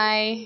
Bye